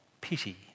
pity